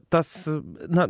tas na